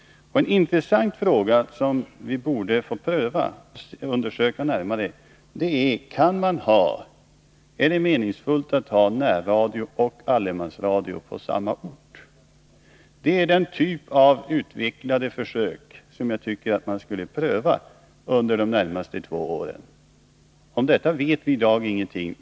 Det vore intressant att närmare få undersöka om det är meningsfullt att ha både närradio och allemansradio på samma ort. Det är bl.a. den typen av utvecklade försök som jag tycker att man skulle pröva under de närmaste två åren. Om detta vet vi i dag ingenting.